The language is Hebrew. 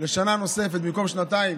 לשנה נוספת: במקום לשנתיים,